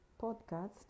podcast